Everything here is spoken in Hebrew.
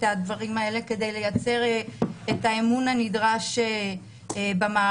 הדברים האלה כדי לייצר את האמון הנדרש במערכת,